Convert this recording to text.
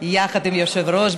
יחד עם היושב-ראש.